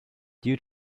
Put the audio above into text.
due